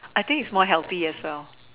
I think it's more healthy as well